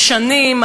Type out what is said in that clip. משנים,